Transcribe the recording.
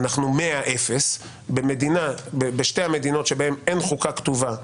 אנחנו 100-0. בשתי המדינות בהן אין חוקה כתובה,